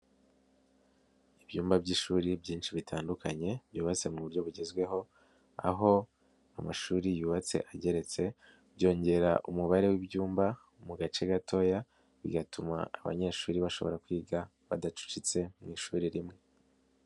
Ibyumba by'ishuri byinshi bitandukanye, byubatse mu buryo bugezweho, aho amashuri yubatse ageretse, byongera umubare w'ibyumba mu gace gatoya, bigatuma abanyeshuri bashobora kwiga badacucitse mu ishuri rimwe.